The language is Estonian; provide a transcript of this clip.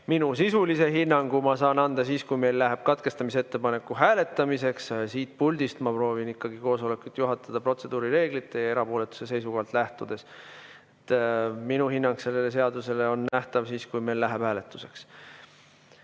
Sisulise hinnangu ma saan anda siis, kui meil läheb katkestamisettepaneku hääletamiseks. Siit puldist ma proovin ikkagi koosolekut juhatada protseduurireeglite ja erapooletuse seisukohalt lähtudes. Minu hinnang sellele seadusele on nähtav siis, kui meil läheb hääletuseks.